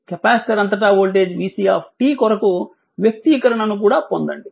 capacitor అంతటా voltage vC కొరకు వ్యక్తీకరణను కూడా పొందండి